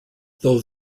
though